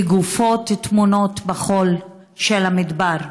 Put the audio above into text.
כגופות, טמונות בחול של המדבר.